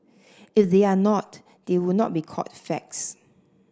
if they are not they would not be called facts